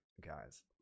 guys